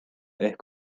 ehk